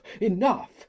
enough